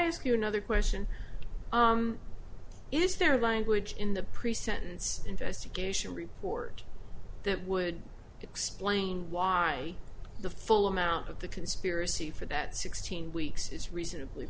ask you another question is there language in the pre sentence investigation report that would explain why the full amount of the conspiracy for that sixteen weeks is reasonably